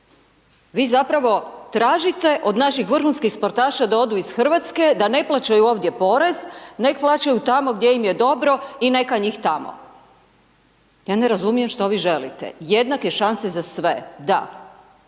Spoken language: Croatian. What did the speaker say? vi zapravo tražite od naših vrhunskih sportaša da odu iz Hrvatske, da ne plaćaju ovdje porez, neg plaćaju tamo gdje im je dobro i neka njih tamo. Ja ne razumijem što vi želite? Jednake šanse za sve, da,